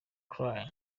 cry